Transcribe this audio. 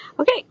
Okay